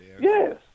Yes